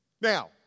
Now